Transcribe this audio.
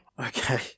Okay